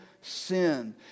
sin